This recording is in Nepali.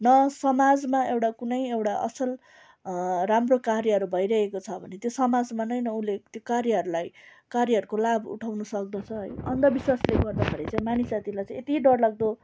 न समाजमा एउटा कुनै एउटा असल राम्रो कार्यहरू भइरहेको छ भने त्यो समाजमा नै न उसले त्यो कार्यहरूलाई कार्यहरूको लाभ उठाउनु सक्दछ है अन्धविश्वाले गर्दाखेरि चाहिँ मानिस जातिलाई चाहिँ यति डरलाग्दो